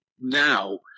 now